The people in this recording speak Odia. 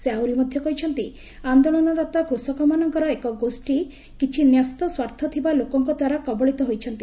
ସେ ଆହୁରି ମଧ୍ୟ କହିଛନ୍ତି ଆନ୍ଦୋଳନରତ କୃଷକମାନଙ୍କର ଏକ ଗୋଷ୍ଠୀ କିଛି ନ୍ୟସ୍ତସ୍ୱାର୍ଥ ଥିବା ଲୋକଙ୍କଦ୍ୱାରା କବଳିତ ହୋଇଛନ୍ତି